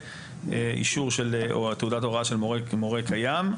אישור או תעודת הוראה של מורה כמורה קיים,